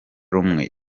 rumwe